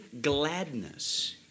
gladness